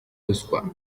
ruswa